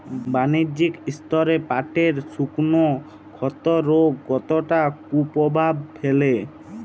বাণিজ্যিক স্তরে পাটের শুকনো ক্ষতরোগ কতটা কুপ্রভাব ফেলে?